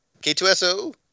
K2SO